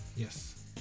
Yes